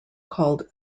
called